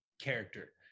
character